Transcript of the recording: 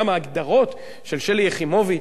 וגם ההגדרות של שלי יחימוביץ